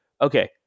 okay